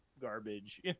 garbage